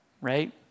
right